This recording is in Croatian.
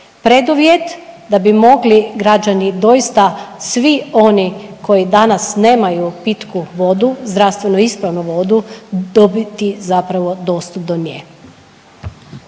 Preduvjet da bi mogli građani doista svi oni koji danas nemaju pitku vodu, zdravstveno ispravnu vodu dobiti zapravo …/Govornica